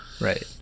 right